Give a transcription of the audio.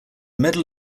medal